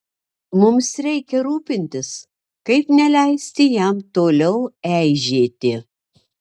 mums reikia rūpintis kaip neleisti jam toliau eižėti